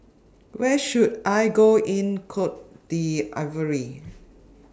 Where should I Go in Cote D'Ivoire